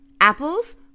Apples